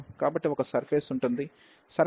కాబట్టి ఒక సర్ఫేస్ ఉంటుంది